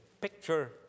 picture